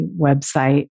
website